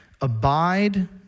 Abide